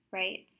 right